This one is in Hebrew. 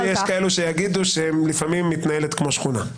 למרות שיש כאלה שיגידו שלפעמים היא מתנהלת כמו שכונה.